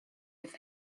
have